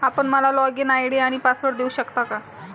आपण मला login ID आणि पासवर्ड देऊ शकता का?